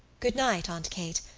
good-night, aunt kate,